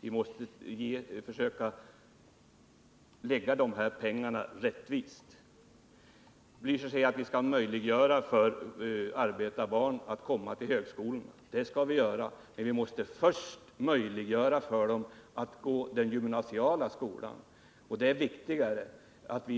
Vi måste försöka fördela de här pengarna rättvist. Vi skall möjliggöra för arbetarbarn att studera vid högskolorna, säger Raul Blächer vidare. Det skall vi göra, men vi måste först möjliggöra för dem att gå den gymnasiala skolan. Det är viktigare att